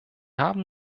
haben